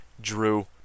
Drew